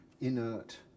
inert